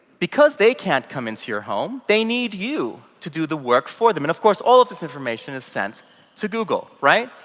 because they can't come into your home, they need you to do the work for them. of course all of this information is sent to google, right?